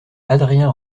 adrien